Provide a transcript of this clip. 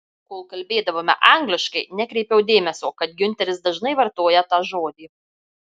kol kalbėdavome angliškai nekreipiau dėmesio kad giunteris dažnai vartoja tą žodį